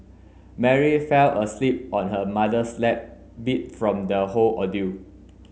Mary fell asleep on her mother's lap beat from the whole ordeal